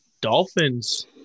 Dolphins